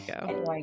go